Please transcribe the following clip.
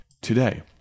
today